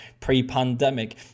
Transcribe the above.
pre-pandemic